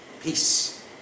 Peace